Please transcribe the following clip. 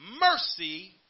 mercy